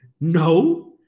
No